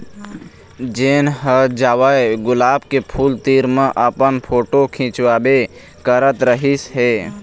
जेन ह जावय गुलाब के फूल तीर म अपन फोटू खिंचवाबे करत रहिस हे